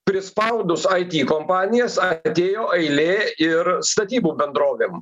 prispaudus it kompanijas atėjo eilė ir statybų bendrovėm